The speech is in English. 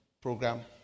program